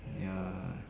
ya